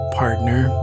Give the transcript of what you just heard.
partner